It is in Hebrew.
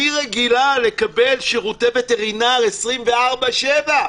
אני רגילה לקבל שירותי וטרינר 24/7,